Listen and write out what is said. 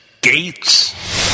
Gates